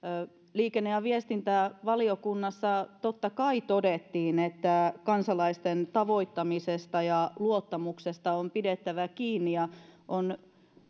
liikenne ja viestintävaliokunnassa totta kai todettiin että kansalaisten tavoittamisesta ja luottamuksesta on pidettävä kiinni ja on